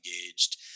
engaged